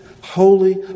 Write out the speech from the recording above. holy